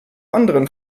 anderen